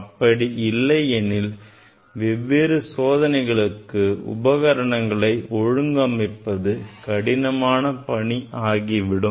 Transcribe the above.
அப்படி இல்லையெனில் வெவ்வேறு சோதனைகளுக்கு உபகரணங்களைப் ஒழுங்கு அமைப்பது கடினமான பணி ஆகிவிடும்